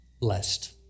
blessed